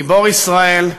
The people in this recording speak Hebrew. גיבור ישראל,